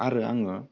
आरो आङो